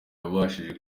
yabafashije